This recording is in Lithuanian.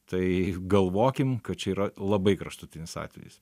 tai galvokim kad čia yra labai kraštutinis atvejis